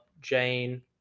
Jane